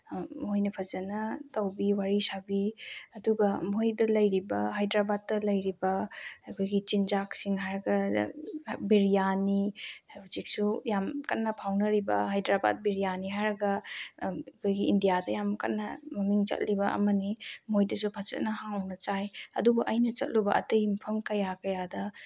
ꯃꯣꯏꯅ ꯐꯖꯅ ꯇꯧꯕꯤ ꯋꯥꯔꯤ ꯁꯥꯕꯤ ꯑꯗꯨꯒ ꯃꯣꯏꯗ ꯂꯩꯔꯤꯕ ꯍꯥꯏꯗ꯭ꯔꯕꯥꯠꯇ ꯂꯩꯔꯤꯕ ꯑꯩꯈꯣꯏꯒꯤ ꯆꯤꯟꯖꯥꯛꯁꯤꯡ ꯍꯥꯏꯔꯒ ꯕꯤꯔꯌꯥꯅꯤ ꯍꯧꯖꯤꯛꯁꯨ ꯌꯥꯝ ꯀꯟꯅ ꯐꯥꯎꯅꯔꯤꯕ ꯍꯥꯏꯗ꯭ꯔꯕꯥꯠ ꯕꯤꯔꯌꯥꯅꯤ ꯍꯥꯏꯔꯒ ꯑꯩꯈꯣꯏꯒꯤ ꯏꯟꯗꯤꯌꯥꯗ ꯌꯥꯝ ꯀꯟꯅ ꯃꯃꯤꯡ ꯆꯠꯂꯤꯕ ꯑꯃꯅꯤ ꯃꯣꯏꯗꯁꯨ ꯐꯖꯅ ꯍꯥꯎꯅ ꯆꯥꯏ ꯑꯗꯨꯕꯨ ꯑꯩꯟ ꯆꯠꯂꯨꯕ ꯑꯇꯩ ꯃꯐꯝ ꯀꯌꯥ ꯀꯌꯥꯗ